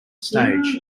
stage